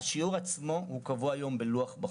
השיעור עצמו קבוע היום בלוח בחוק.